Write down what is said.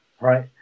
right